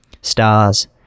Stars